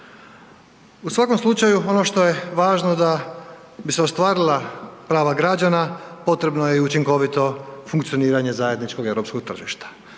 U svakom slučaju ono što je važno da bi se ostvarila prava građana potrebno je i učinkovito funkcioniranje zajedničkog europskog tržišta.